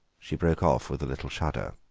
she broke off with a little shudder.